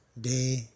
day